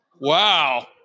Wow